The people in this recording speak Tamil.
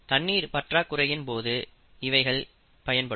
தண்ணீர் பற்றாக்குறையின் போது இவைகள் பயன்படும்